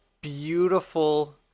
beautiful